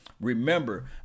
Remember